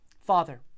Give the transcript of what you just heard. Father